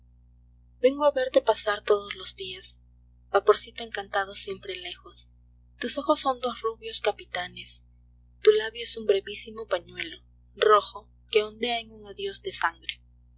vengo a verte pasar todos los días vaporcito encantado siempre lejos tus ojos son dos rubios capitanes tu labio es un brevísimo pañuelo rojo que ondea en un adiós de sangre